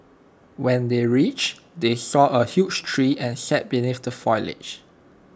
when they reached they saw A huge tree and sat beneath the foliage